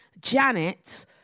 Janet